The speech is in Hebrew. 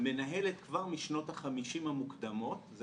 מנהלת כבר משנות ה-50 המוקדמות --- זה